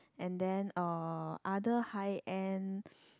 and then uh other high end